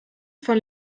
von